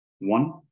one